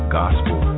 gospel